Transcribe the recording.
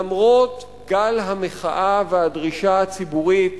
למרות גל המחאה והדרישה הציבורית